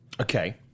Okay